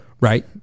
Right